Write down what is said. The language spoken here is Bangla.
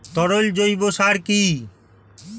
তরল জৈব সার কি?